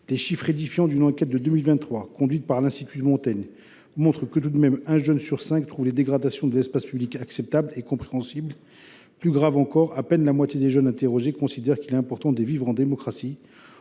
Les chiffres édifiants d’une enquête de 2023 de l’Institut Montaigne montrent qu’un jeune sur cinq trouve les dégradations de l’espace public acceptables et compréhensibles. Plus grave encore, à peine la moitié des jeunes interrogés considèrent qu’il est important de vivre en démocratie.